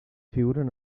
figuren